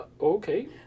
Okay